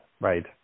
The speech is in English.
Right